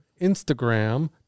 instagram